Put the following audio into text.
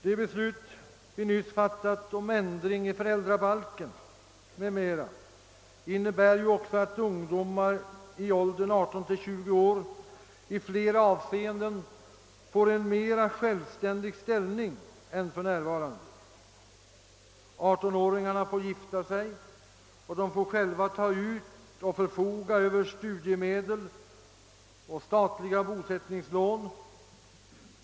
De beslut vi nyss fattat om ändring i föräldrabalken m.m. innebär också att ungdomar i åldern 18—20 år i flera avseenden får en mera «självständig ställning än för närvarande. 18-åringarna får gifta sig, och de får själva ta ut och förfoga över studiemedel och statliga bosättningslån.